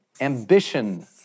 ambition